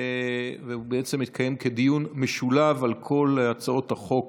והוא בעצם יתקיים כדיון משולב על כל הצעות החוק